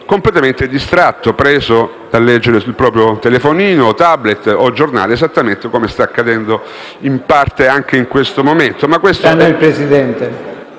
vittime e carnefici - preso a leggere sul proprio telefonino, *tablet* o giornale, esattamente come sta accadendo, in parte, anche in questo momento.